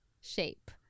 shape